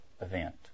event